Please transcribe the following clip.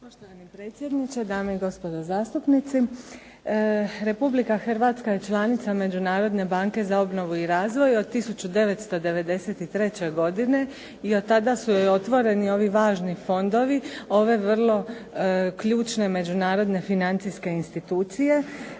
Poštovani predsjedniče, dame i gospodo zastupnici. Republika Hrvatska je članica Međunarodne banke za obnovu i razvoj od 1993. godine i od tada su joj otvoreni ovi važni fondovi ove vrlo ključne međunarodne financijske institucije.